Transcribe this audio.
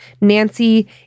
Nancy